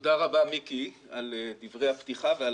תודה רבה מיקי על דברי הפתיחה ועל